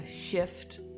shift